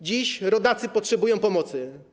Dziś rodacy potrzebują pomocy.